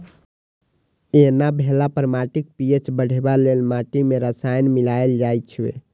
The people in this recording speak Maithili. एना भेला पर माटिक पी.एच बढ़ेबा लेल माटि मे रसायन मिलाएल जाइ छै